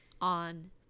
on